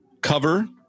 Cover